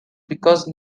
because